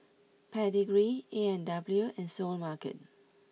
Pedigree A and W and Seoul Mart